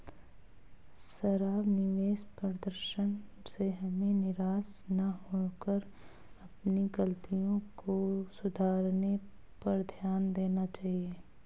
खराब निवेश प्रदर्शन से हमें निराश न होकर अपनी गलतियों को सुधारने पर ध्यान देना चाहिए